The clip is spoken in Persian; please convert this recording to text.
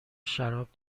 شراب